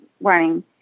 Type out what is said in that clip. running